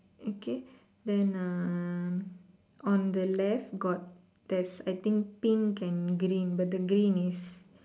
okay then ah on the left got there's I think pink and green but the green is